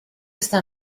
esta